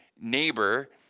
neighbor